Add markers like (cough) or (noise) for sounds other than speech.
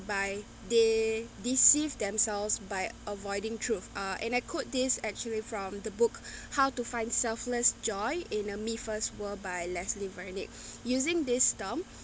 by they deceive themselves by avoiding truth uh and I quote this actually from the book (breath) how to find selfless joy in a me first world by leslie verdict (breath) using this stump